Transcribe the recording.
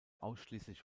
ausschließlich